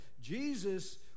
Jesus